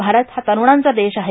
भारत हा तरूणांचा देश आहे